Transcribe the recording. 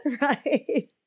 right